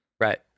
right